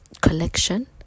collection